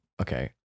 Okay